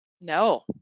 no